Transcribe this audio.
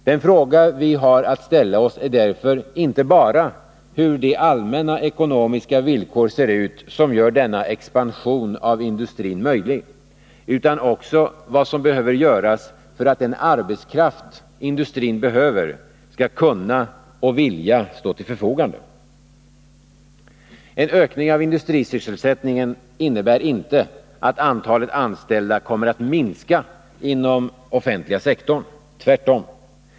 Den fråga vi har att ställa oss är därför inte bara hur de allmänna ekonomiska villkor ser ut som gör denna expansion av industrin möjlig, utan också vad som behöver göras för att den arbetskraft industrin behöver skall kunna och vilja stå till förfogande. En ökning av industrisysselsättningen innebär inte att antalet anställda kommer att minska inom den offentliga sektorn — tvärtom.